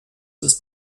ist